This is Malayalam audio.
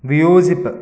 വിയോജിപ്പ്